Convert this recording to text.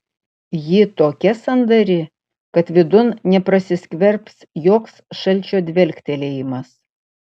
ji tokia sandari kad vidun neprasiskverbs joks šalčio dvelktelėjimas